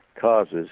causes